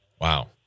Wow